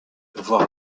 voir